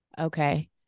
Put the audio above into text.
Okay